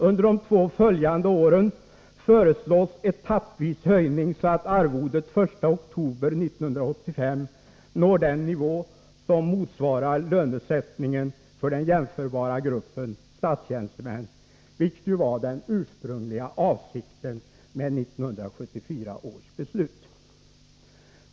Under de två följande åren föreslås etappvis höjning, så att arvodet 1 oktober 1985 når den nivå som motsvarar lönesättningen för den jämförbara gruppen statstjänstemän, vilket var den ursprungliga avsikten med 1974 års beslut.